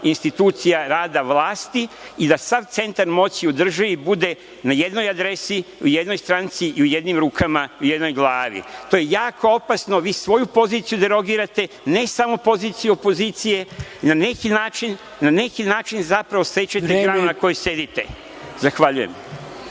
institucija rada vlasti i da sav centar moći u državi bude na jednoj adresi, u jednoj stranci i u jednim rukama i u jednoj glavi. To je jako opasno. Vi svoju poziciju derogirate, ne samo pozicije i opozicije. Na neki način zapravo sečete granu na kojoj sedite. Zahvaljujem.